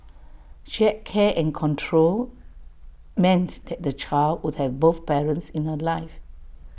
shared care and control meant that the child would have both parents in her life